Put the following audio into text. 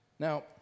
Now